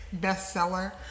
bestseller